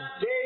day